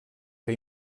que